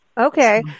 Okay